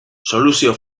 soluzio